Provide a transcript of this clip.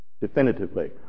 definitively